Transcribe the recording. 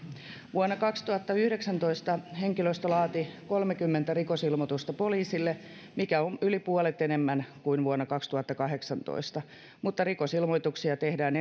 vuonna kaksituhattayhdeksäntoista henkilöstö laati kolmekymmentä rikosilmoitusta poliisille mikä on yli puolet enemmän kuin vuonna kaksituhattakahdeksantoista mutta rikosilmoituksia tehdään